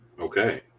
Okay